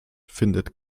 findet